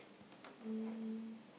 um